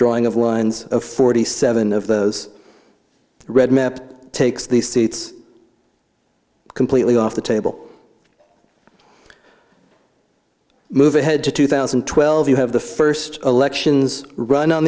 drawing of lines of forty seven of those red map takes the seats completely off the table move ahead to two thousand and twelve you have the first elections run on